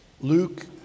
Luke